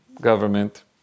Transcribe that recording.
government